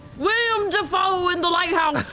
willem dafoe in the lighthouse,